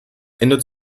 ändert